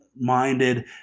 minded